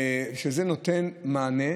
זה נותן מענה,